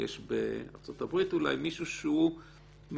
יש בארצות הברית אולי מישהו שהוא מתכלל,